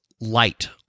light